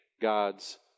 God's